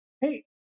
Hey